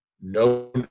no